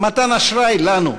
מתן אשראי לנו,